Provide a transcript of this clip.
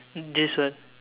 this is what